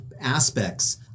aspects